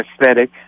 aesthetic